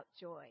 joy